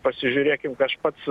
pasižiūrėkim aš pats